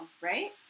Right